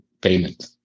payment